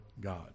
God